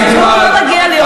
את יכולה לקחת מסמך.